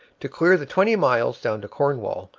to clear the twenty miles down to cornwall,